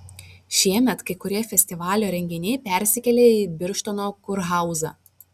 šiemet kai kurie festivalio renginiai persikėlė į birštono kurhauzą